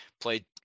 played